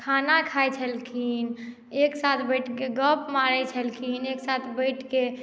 खाना खाइत छलखिन एक साथ बैठिके गप्प मारैत छलखिन एक साथ बैठिके